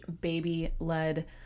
baby-led